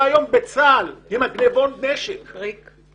היום בצה"ל עם גניבות הנשק --- בריק,